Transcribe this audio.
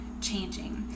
changing